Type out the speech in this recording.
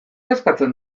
eskatzen